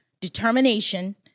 determination